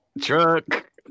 truck